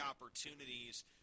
opportunities